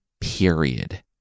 Period